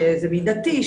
שזה מידתי,